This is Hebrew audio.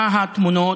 מה התמונות,